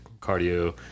cardio